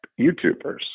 YouTubers